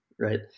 right